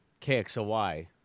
KXOY